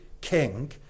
king